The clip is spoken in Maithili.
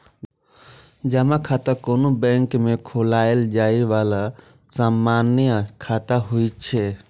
जमा खाता कोनो बैंक मे खोलाएल जाए बला सामान्य खाता होइ छै